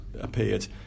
appeared